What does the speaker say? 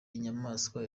inyamaswa